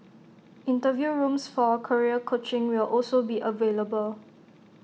interview rooms for career coaching will also be available